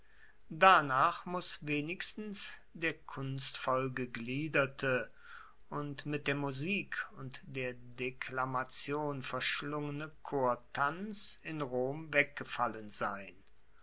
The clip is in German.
danach muss wenigstens der kunstvoll gegliederte und mit der musik und der deklamation verschlungene chortanz in rom weggefallen sein